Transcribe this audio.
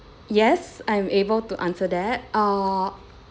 yes I'm able to answer that uh